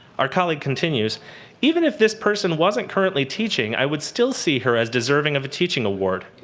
our colleague continues even if this person wasn't currently teaching, i would still see her as deserving of a teaching award.